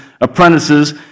apprentices